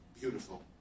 beautiful